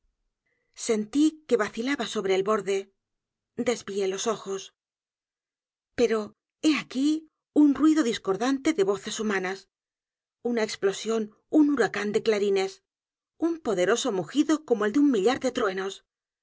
sentí que vacilaba sobre él borde desvié los ojos p e r o he aquí un ruido discordante de voces h u m a n a s u n a explosión un huracán de c l a r i n e s u n poderoso mugido como el de u n millar de t